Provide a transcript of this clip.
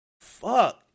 fuck